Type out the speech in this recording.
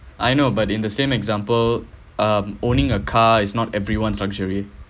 I know but in the same example um owning a car is not everyone's luxury